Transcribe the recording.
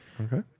Okay